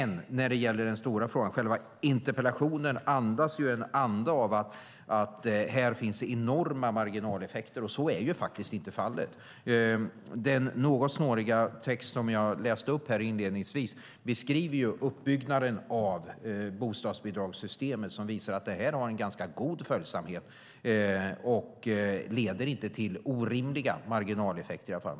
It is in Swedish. När det gäller den stora frågan finns i interpellationen en anda av att här finns enorma marginaleffekter. Så är faktiskt inte fallet. Den något snåriga text som jag läste upp inledningsvis beskriver uppbyggnaden av bostadsbidragssystemet och visar att det här har en ganska god följsamhet och i alla fall inte leder till orimliga marginaleffekter.